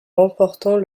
remportant